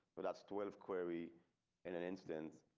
but that's twelve query in an instance.